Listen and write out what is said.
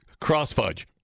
Crossfudge